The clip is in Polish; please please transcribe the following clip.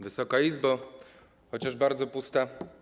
Wysoka Izbo - chociaż bardzo pusta!